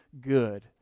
good